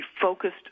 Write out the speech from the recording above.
focused